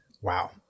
Wow